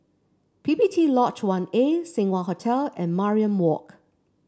P P T Lodge One A Seng Wah Hotel and Mariam Walk